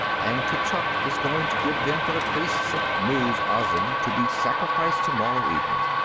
and kurchuk is going to give them to the priests of muz-azin to be sacrificed tomorrow evening.